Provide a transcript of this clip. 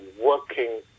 working